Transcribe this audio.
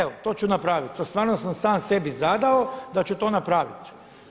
Evo to ću napraviti, to stvarno sam sam sebi zadao da ću to napraviti.